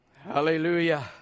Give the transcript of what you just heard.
Hallelujah